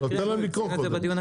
אבל תן להם לקרוא קודם.